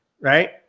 right